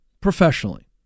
professionally